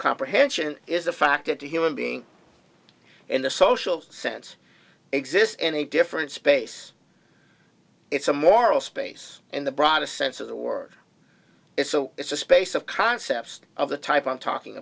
comprehension is the fact that a human being in the social sense exists in a different space it's a moral space in the broadest sense of the word it's so it's a space of concepts of the type i'm talking